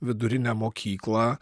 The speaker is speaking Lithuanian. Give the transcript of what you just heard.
vidurinę mokyklą